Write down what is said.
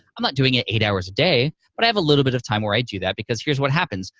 i'm not doing it eight hours a day, but i have a little bit of time where i do that because here's what happens.